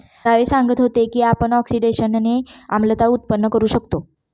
जावेद सांगत होते की आपण ऑक्सिडेशनने आम्लता उत्पन्न करू शकतो